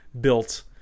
built